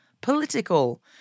political